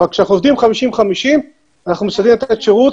אבל כשאנחנו עובדים 50%-50% אנחנו משתדלים לתת שירות